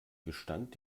gestand